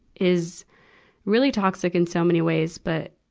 is really toxic in so many ways. but,